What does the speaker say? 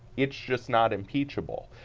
it's just not impeachable.